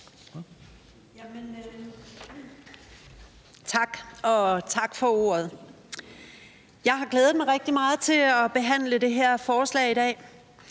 Tak, og tak for ordet. Jeg har glædet mig rigtig meget til at behandle det her forslag i dag.